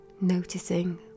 Noticing